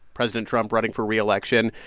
president trump running for re-election.